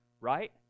Right